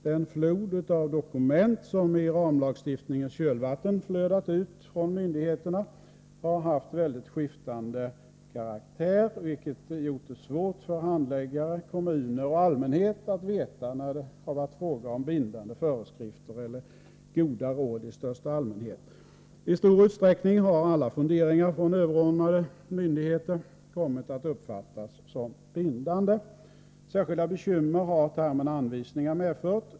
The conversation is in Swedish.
Den flod av dokument som i ramlagstiftningens kölvatten flödat ut från myndigheterna har haft mycket skiftande karaktär, vilket gjort det svårt för handläggare, kommuner och allmänhet att veta när det har varit fråga om bindande föreskrifter eller goda råd i största allmänhet. I stor utsträckning har alla funderingar från överordnade myndigheter kommit att uppfattas som bindande. Särskilda bekymmer har termen anvisningar medfört.